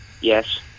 Yes